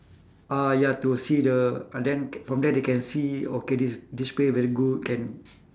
ah ya to see the ah then from there they can see okay this this player very good can